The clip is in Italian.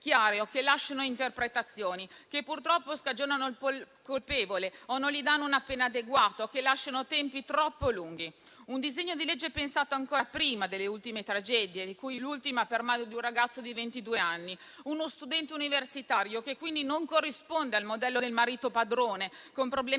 chiari, che lasciano aperte interpretazioni che purtroppo scagionano il colpevole o non gli danno una pena adeguata o prevedono tempi troppo lunghi. Il disegno di legge era stato pensato ancora prima delle più recenti tragedie, l'ultima delle quali per mano di un ragazzo di ventidue anni, uno studente universitario, che quindi non corrisponde al modello del marito padrone, con problemi